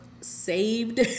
saved